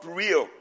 real